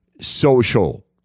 social